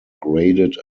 graded